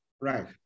Right